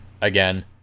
again